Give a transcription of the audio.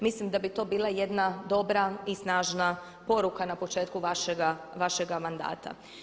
Mislim da bi to bila jedna dobra i snažna poruka na početku vašega mandata.